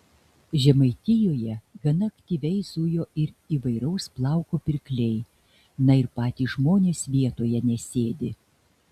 žemaitijoje gana aktyviai zujo ir įvairaus plauko pirkliai na ir patys žmonės vietoje nesėdi